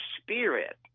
spirit